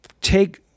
take